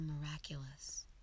miraculous